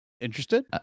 interested